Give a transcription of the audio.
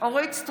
אורית מלכה